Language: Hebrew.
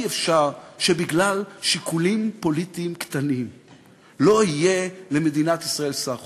אי-אפשר שבגלל שיקולים פוליטיים קטנים לא יהיה למדינת ישראל שר חוץ.